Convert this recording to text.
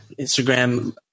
Instagram